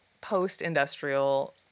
post-industrial